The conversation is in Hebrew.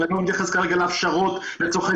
-- ואני לא מתייחס כרגע להפשרות לצורכי